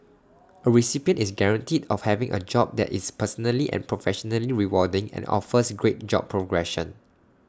A recipient is guaranteed of having A job that is personally and professionally rewarding and offers great job progression